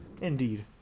Indeed